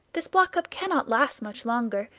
this block-up cannot last much longer,